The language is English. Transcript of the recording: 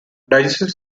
digestive